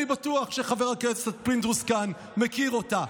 אני בטוח שחבר הכנסת פינדרוס כאן מכיר אותה.